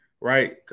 right